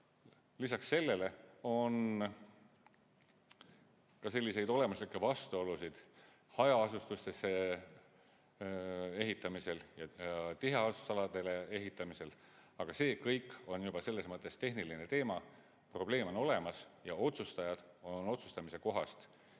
Lisaks sellele on ka selliseid olemuslikke vastuolusid hajaasustustesse ehitamisel ja tiheasustusaladele ehitamisel. Aga see kõik on juba selles mõttes tehniline teema. Probleem on olemas ja otsustajad on otsustamise kohast